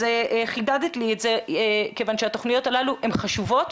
אז חידדת לי את זה כיוון שהתוכניות הללו הן חשובות,